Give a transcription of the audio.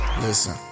Listen